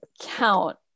count